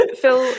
Phil